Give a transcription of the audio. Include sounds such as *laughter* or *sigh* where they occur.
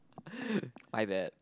*breath* my bad